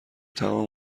تمام